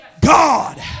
God